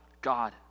God